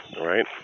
right